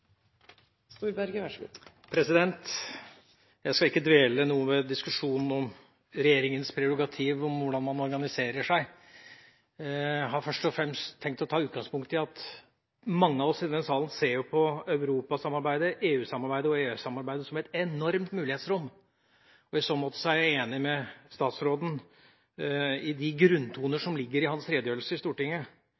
Jeg skal ikke dvele noe ved diskusjonen om regjeringas prerogativ og hvordan man organiserer seg. Jeg har først og fremst tenkt å ta utgangspunkt i at mange av oss i denne salen ser på europasamarbeidet – EU-samarbeidet og EØS-samarbeidet – som et enormt mulighetsrom. I så måte er jeg enig med statsråden i de grunntoner